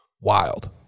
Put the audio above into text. Wild